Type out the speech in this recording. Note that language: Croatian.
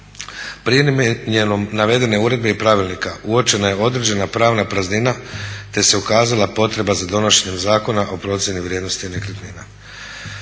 Primjenom navedene uredbe i pravilnika uočena je određena pravna praznina te se ukazala potreba za donošenjem Zakona o procjeni vrijednosti nekretnina.